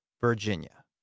Virginia